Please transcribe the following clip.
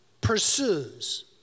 pursues